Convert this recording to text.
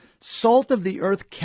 Salt-of-the-earth